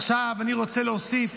עכשיו אני רוצה להוסיף